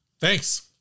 Thanks